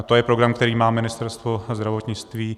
To je program, který má Ministerstvo zdravotnictví.